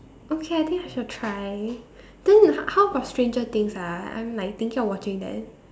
okay I think I shall try then how about stranger things ah I'm like thinking of watching that